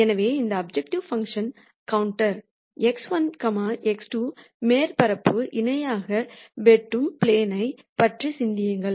எனவே இந்த objective function contour x1 x2 மேற்பரப்புக்கு இணையாக வெட்டும் ப்ளேனை பற்றி சிந்தியுங்கள்